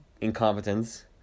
incompetence